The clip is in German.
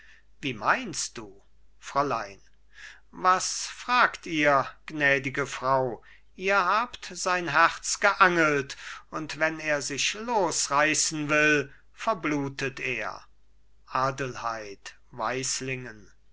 wie meinst du fräulein was fragt ihr gnädige frau ihr habt sein herz geangelt und wenn er sich losreißen will verblutet er adelheid